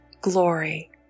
Glory